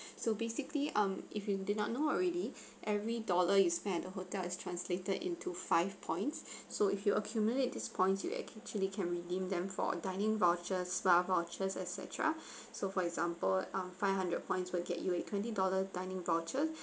so basically um if you did not know already every dollar you spent the hotel is translated into five points so if you accumulate this points you act~ actually can redeem them for dining voucher spa vouchers et cetera so for example mm five hundred points will get you a twenty dollars dining voucher